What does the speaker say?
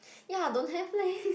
ya don't have leh